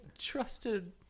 trusted